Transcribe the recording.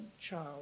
child